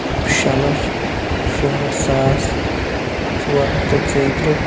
شیٚے لَچھ شُہٲٹھ سأس ژوٗر ہَتھ تہِ ژۄیہِ ترٕہ